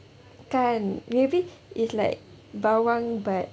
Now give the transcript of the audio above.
kan maybe it's like bawang but